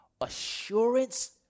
assurance